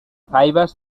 fibers